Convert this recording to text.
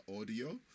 audio